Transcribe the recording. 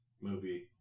movie